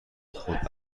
خود